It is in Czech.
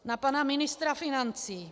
Na pana ministra financí.